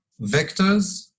vectors